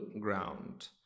ground